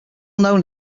known